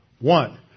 One